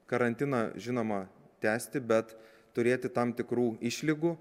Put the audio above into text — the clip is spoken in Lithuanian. karantiną žinoma tęsti bet turėti tam tikrų išlygų